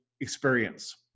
experience